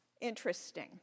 Interesting